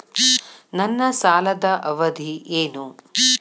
ನನ್ನ ಸಾಲದ ಅವಧಿ ಏನು?